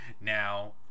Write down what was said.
now